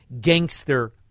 gangster